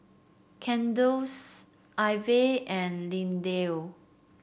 Cadence Ivey and Lindell